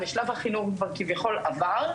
ושלב החינוך כבר כביכול עבר,